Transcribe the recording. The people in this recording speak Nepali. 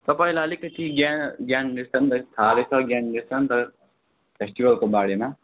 तपाईँलाई अलिकति ज्ञा ज्ञान रहेछ थाहा रहेछ ज्ञान रहेछ नि त फेस्टिभलको बारेमा